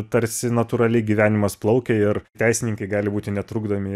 tarsi natūraliai gyvenimas plaukia ir teisininkai gali būti netrukdomi